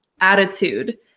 attitude